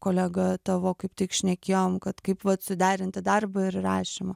kolega tavo kaip tik šnekėjom kad kaip vat suderinti darbą ir rašymą